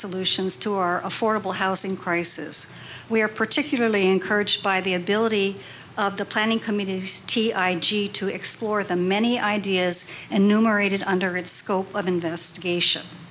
solutions to our affordable housing crisis we are particularly encouraged by the ability of the planning committees t i n g to explore the many ideas and numerated under its scope of investigation